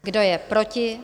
Kdo je proti?